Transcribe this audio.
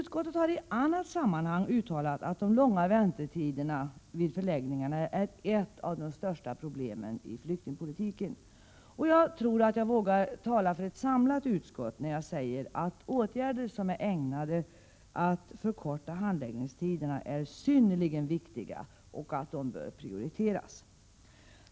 Utskottet har i annat sammanhang uttalat att de långa väntetiderna vid förläggningarna är ett av de största problemen i flyktingpolitiken, och jag vågar nog tala för ett samlat utskott, när jag säger att åtgärder som är ägnade att förkorta handläggningstiderna är synnerligen viktiga och bör prioriteras.